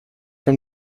from